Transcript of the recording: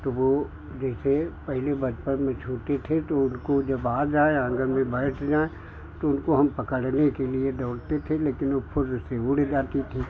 तो वह जैसे पहले बचपन में छोटे थे तो उनको जब आ जाए आँगन में बैठ जाएँ तो उनको हम पकड़ने के लिए दौड़ते थे लेकिन वह फुर्र से उड़ जाती थी